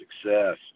success